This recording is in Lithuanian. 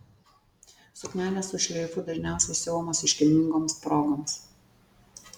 suknelės su šleifu dažniausiai siuvamos iškilmingoms progoms